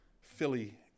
Philly